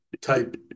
type